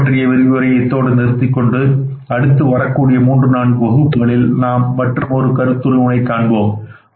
இந்த முறை பற்றிய விரிவுரையை இதோடு நிறுத்திக் கொண்டு அடுத்து வரக்கூடிய 34 வகுப்புகளில் நாம் மற்றுமொரு கருத்துருவினை காண்போம்